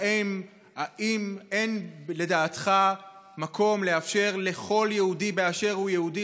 האם אין לדעתך מקום לאפשר לכל יהודי באשר הוא יהודי